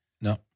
No